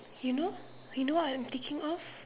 you know you know what I'm thinking of